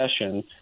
session